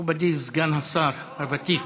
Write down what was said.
מכובדי סגן השר הוותיק.